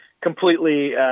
completely